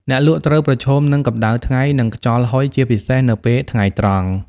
អ្នកលក់ត្រូវប្រឈមនឹងកម្ដៅថ្ងៃ និងខ្យល់ហុយ ជាពិសេសនៅពេលថ្ងៃត្រង់។